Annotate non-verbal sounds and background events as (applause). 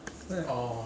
(laughs)